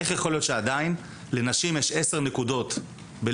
איך יכול להיות שעדיין לנשים יש 10 נקודות בליגת